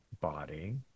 body